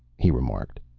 he remarked.